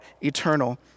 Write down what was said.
eternal